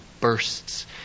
bursts